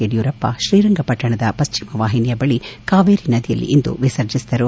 ಯಡಿಯೂರಪ್ಪ ಶ್ರೀರಂಗಪಟ್ಟಣದ ಪಶ್ಚಿಮ ವಾಹಿನಿಯ ಬಳಿ ಕಾವೇರಿ ನದಿಯಲ್ಲಿ ಇಂದು ವಿಸರ್ಜಿಸಿದರು